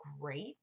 great